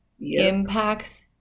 impacts